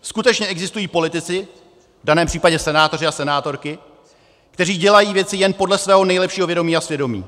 Skutečně existují politici, v daném případě senátoři a senátorky, kteří dělají věci jen podle svého nejlepšího vědomí a svědomí.